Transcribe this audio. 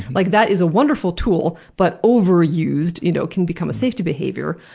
like that is a wonderful tool, but overused you know can become a safety behavior.